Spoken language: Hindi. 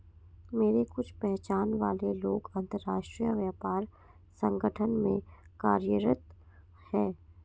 मेरे कुछ पहचान वाले लोग अंतर्राष्ट्रीय व्यापार संगठन में कार्यरत है